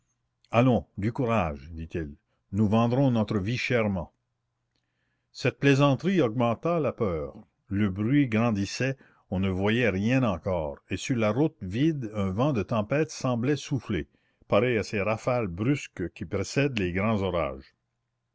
allons du courage dit-il nous vendrons notre vie chèrement cette plaisanterie augmenta la peur le bruit grandissait on ne voyait rien encore et sur la route vide un vent de tempête semblait souffler pareil à ces rafales brusques qui précèdent les grands orages